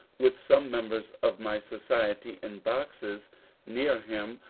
with some members of my society in boxes near him,